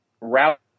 route